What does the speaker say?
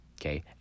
Okay